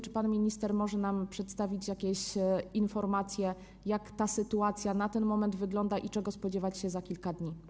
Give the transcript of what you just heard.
Czy pan minister może nam przedstawić jakieś informacje, jak ta sytuacja na ten moment wygląda i czego spodziewać się za kilka dni?